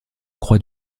croix